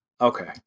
Okay